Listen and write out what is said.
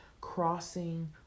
crossing